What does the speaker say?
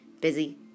busy